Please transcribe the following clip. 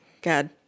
god